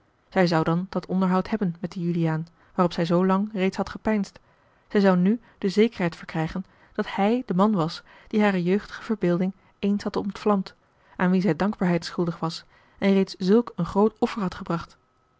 zij zou dan dat onderhoud hebben met dien juliaan waarop zij zoolang reeds had gepeinsd zij zou nu de zekerheid verkrijgen dat hij de man was die hare jeugdige verbeelding eens had ontvlamd aan wien zij dankbaarheid schuldig was en reeds zulk een groot offer had gebracht